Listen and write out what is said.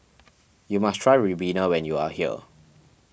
you must try Ribena when you are here